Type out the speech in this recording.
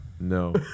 no